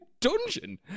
dungeon